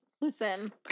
Listen